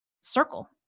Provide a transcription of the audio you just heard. circle